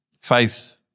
faith